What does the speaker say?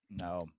No